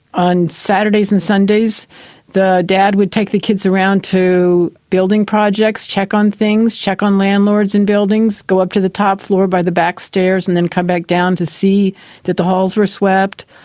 on saturdays and sundays the dad would take the kids around to building projects, check on things, check on landlords and buildings, go up to the top floor by the back stairs and then come back down to see that the halls were swept.